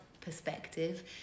perspective